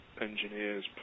engineers